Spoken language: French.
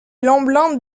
lemblin